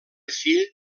fill